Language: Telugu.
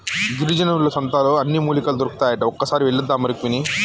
గిరిజనుల సంతలో అన్ని మూలికలు దొరుకుతాయట ఒక్కసారి వెళ్ళివద్దామా రుక్మిణి